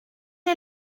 est